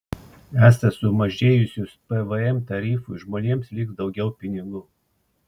esą sumažėjusius pvm tarifui žmonėms liks daugiau pinigų